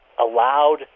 allowed